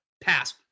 Pass